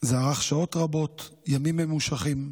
זה ארך שעות רבות, ימים ממושכים,